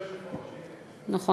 כן,